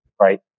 right